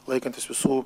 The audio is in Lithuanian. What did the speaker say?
laikantis visų